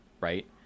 right